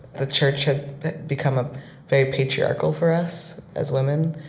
the church has become ah very patriarchal for us as women,